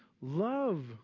love